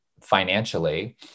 financially